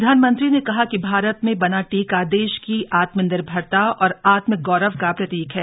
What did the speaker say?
प्रधानमंत्री ने कहा कि भारत में बना टीका देश की आत्मनिर्भरता और आत्म गौरव का प्रतीक है